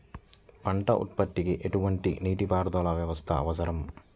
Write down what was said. పంట ఉత్పత్తికి ఎటువంటి నీటిపారుదల వ్యవస్థ అవసరం?